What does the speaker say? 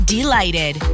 Delighted